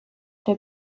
der